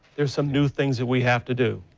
there's some new things that we have to do.